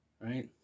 right